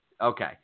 Okay